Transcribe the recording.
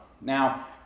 Now